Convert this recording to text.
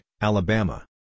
Alabama